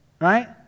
right